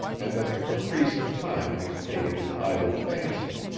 and that the caprice of time has made it an idle fancy.